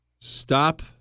Stop